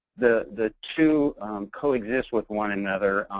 the the two co-exist with one another.